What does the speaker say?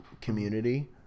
community